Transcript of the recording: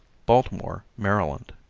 baltimore maryland.